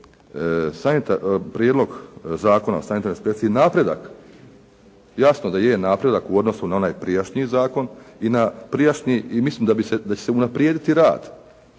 prijedlog Zakona o sanitarnoj inspekciji napredak. Jasno da je napredak u odnosu na onaj prijašnji zakon i na prijašnji i mislim da će se unaprijediti rad